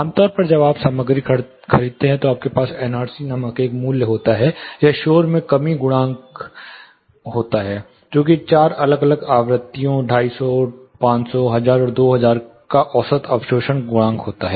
आमतौर पर जब आप सामग्री खरीदते हैं तो आपके पास NRC नामक एक मूल्य होता है या शोर में कमी गुणांक होता है जो कि चार अलग अलग आवृत्तियों 2505001000 और 2000 का औसत अवशोषण गुणांक है